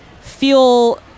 feel